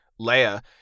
Leia